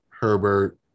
Herbert